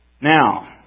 Now